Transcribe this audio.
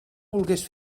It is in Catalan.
volgués